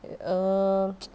err